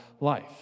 life